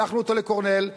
שלחנו אותו ל"קורנל",